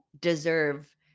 deserve